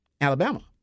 Alabama